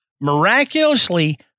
Miraculously